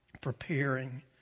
preparing